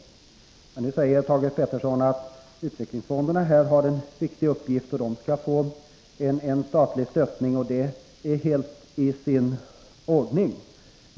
Nu säger Thage Peterson att utvecklingsfonderna här har en viktig uppgift och skall få en statlig uppbackning, och det är helt i sin ordning.